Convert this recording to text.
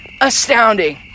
astounding